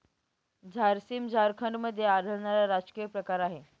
झारसीम झारखंडमध्ये आढळणारा राजकीय प्रकार आहे